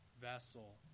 vessel